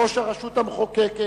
ראש הרשות המחוקקת,